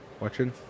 watching